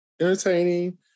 entertaining